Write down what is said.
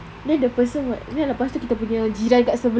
then the person buat lepas tu kita punya jiran dekat sebelah